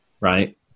right